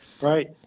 right